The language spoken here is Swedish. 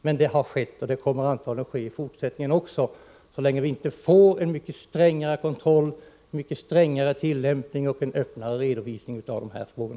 Men det har skett, och det kommer antagligen att ske i fortsättningen också så länge vi inte får en mycket strängare kontroll och mycket strängare tillämpning samt en öppnare redovisning i dessa frågor.